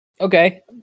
Okay